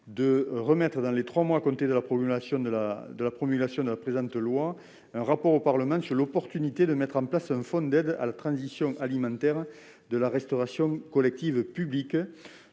de remettre, dans les trois mois à compter de la promulgation de la présente loi, un rapport au Parlement sur l'opportunité de mettre en place un fonds d'aide à la transition alimentaire de la restauration collective publique.